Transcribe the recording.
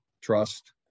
Trust